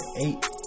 eight